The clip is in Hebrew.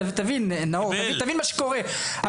תבין נאור תבין מה שקורה,